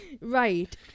right